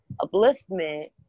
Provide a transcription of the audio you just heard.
upliftment